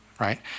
right